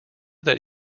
that